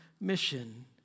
mission